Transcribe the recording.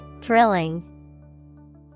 Thrilling